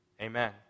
Amen